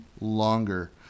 longer